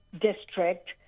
district